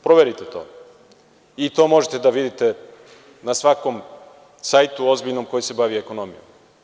Proverite to i to možete da vidite na svakom sajtu ozbiljnom koji se bavi ekonomijom.